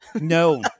No